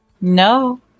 No